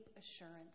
assurance